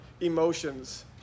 emotions